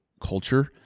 culture